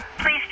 Please